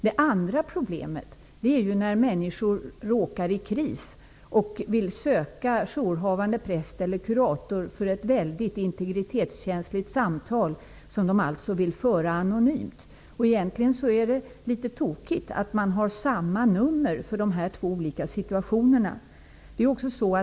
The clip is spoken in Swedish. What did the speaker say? Det andra problemet är när människor råkar i kris och söker jourhavande präst eller kurator för ett mycket integritetskänsligt samtal som de vill föra anonymt. Egentligen är det litet tokigt att vi har samma nummer för dessa två olika situationer.